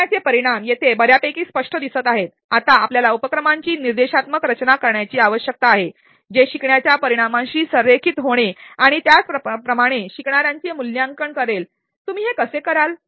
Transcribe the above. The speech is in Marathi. शिकण्याचे परिणाम येथे बऱ्यापैकी स्पष्ट दिसत आहेत आता आपल्याला उपक्रमाची निर्देशात्मक रचना करण्याची आवश्यकता आहे जे शिकण्याच्या परिणामाशी संरेखित होते आणि त्याचप्रमाणे शिकणाऱ्यांचे मूल्यांकन करेल तुम्ही हे कसे कराल